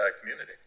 community